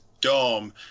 dome